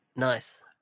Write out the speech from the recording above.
Nice